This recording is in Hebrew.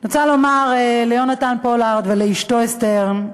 רוצה לומר ליונתן פולארד ולאשתו אסתר,